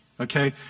Okay